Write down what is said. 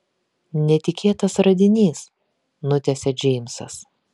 netikėtas radinys nutęsia džeimsas